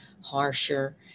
harsher